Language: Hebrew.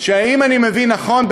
אם אני מבין נכון,